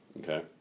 okay